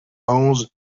onze